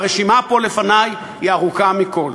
הרשימה פה לפני היא ארוכה מכול.